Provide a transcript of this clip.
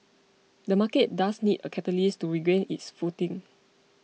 the market does need a catalyst to regain its footing